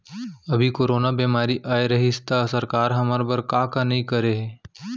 अभी कोरोना बेमारी अए रहिस त सरकार हर हमर बर का का नइ करे हे